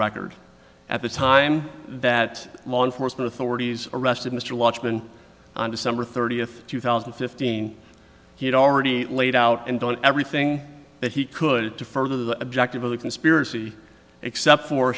record at the time that law enforcement authorities arrested mr watchman on december thirtieth two thousand and fifteen he had already laid out and done everything that he could to further the objective of the conspiracy except for